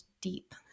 deep